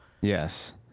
Yes